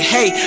Hey